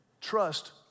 trust